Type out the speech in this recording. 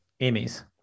Amy's